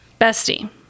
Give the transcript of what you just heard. Bestie